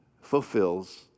fulfills